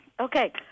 Okay